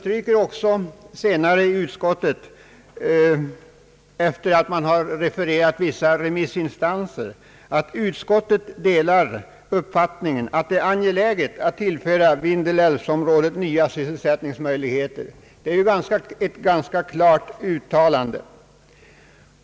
Utskottet betonar också — efter att ha refererat till vissa remissinstanser — att man delar uppfattningen om det angelägna i att tillföra vindelälvsområdet nya sysselsättningsmöjligheter. Detta är ett ganska klart uttalande.